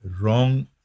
wrong